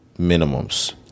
Minimums